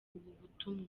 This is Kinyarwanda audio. ubutumwa